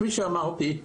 כפי שאמרתי,